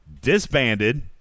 disbanded